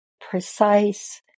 precise